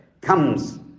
comes